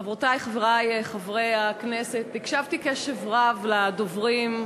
חברותי, חברי, חברי הכנסת, הקשבתי קשב רב לדוברים.